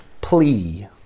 plea